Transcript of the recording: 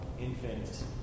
infants